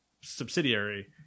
subsidiary